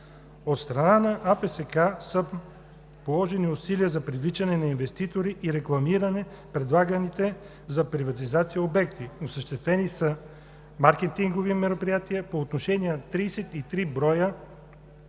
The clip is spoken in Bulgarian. От страна на АПСК са положени усилия за привличане на инвеститори и рекламиране на предлаганите за приватизация обекти. Осъществени са маркетингови мероприятия по отношение на 33 броя